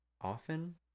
often